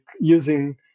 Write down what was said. using